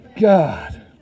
God